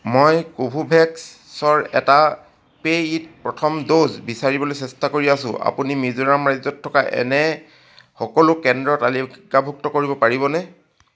মই কোভোভেক্সৰ এটা পে'ইড প্ৰথম ড'জ বিচাৰিবলৈ চেষ্টা কৰি আছোঁ আপুনি মিজোৰাম ৰাজ্যত থকা এনে সকলো কেন্দ্ৰ তালিকাভুক্ত কৰিব পাৰিবনে